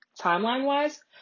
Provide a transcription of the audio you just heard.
Timeline-wise